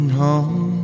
home